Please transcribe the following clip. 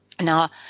Now